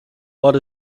what